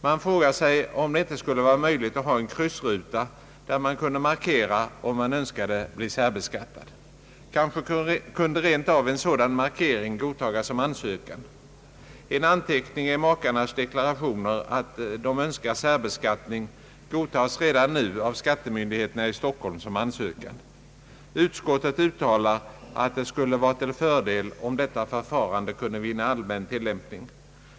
Man frågar sig om det inte skulle vara möjligt att ha en kryssruta, där de skattskyldiga kunde markera om de önskade bli särbeskattade. Kanske kunde en sådan markering rent av godtas som Ang. frivillig särbeskattning ansökan. En anteckning i makarnas deklarationer om att de önskar särbeskattning godtas redan nu som ansökan av skattemyndigheterna i Stockholm. Utskottsmajoriteten uttalar att det skulle vara till fördel om detta förfarande kunde vinna allmän tillämpning.